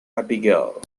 abigail